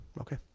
Okay